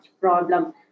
problem